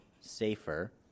safer